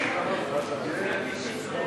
לא נתקבלו.